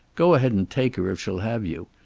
go ahead and take her, if she'll have you.